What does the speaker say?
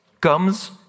comes